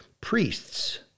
priests